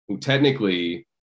technically